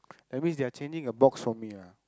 that means they are changing a box for me ah